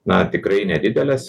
na tikrai nedidelės